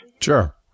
Sure